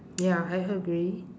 ya I agree